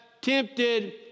tempted